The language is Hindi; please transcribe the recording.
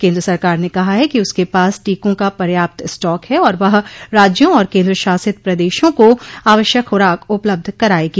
केंद्र सरकार ने कहा है कि उसके पास टीकों का पर्याप्त स्टॉक है और वह राज्यों और केंद्रशासित प्रदेशों को आवश्यक खुराक उपलब्ध कराएगी